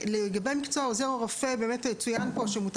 לגבי מקצוע עוזר הרופא צוין פה שמותר